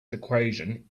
equation